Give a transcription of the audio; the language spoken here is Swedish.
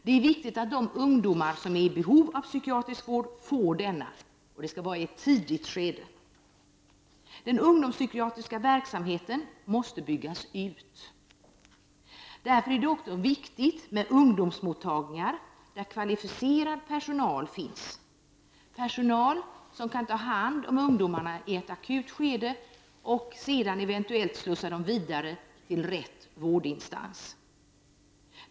Det är viktigt att de ungdomar som är i behov av psykiatrisk vård får denna, och i ett tidigt skede. Den ungdomspsykiatriska verksamheten måste byggas ut. Därför är det viktigt med ungdomsmottagningar, där kvalificerad personal finns som akut kan ta hand om ungdomarna och sedan eventuellt slussa dem vidare till rätt vårdinstans.